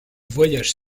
voyage